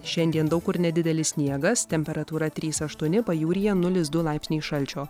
šiandien daug kur nedidelis sniegas temperatūra trys aštuoni pajūryje nulis du laipsniai šalčio